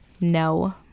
No